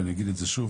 ואני אגיד את זה שוב: